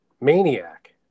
maniac